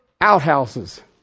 outhouses